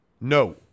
No